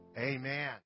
amen